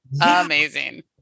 Amazing